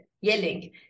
yelling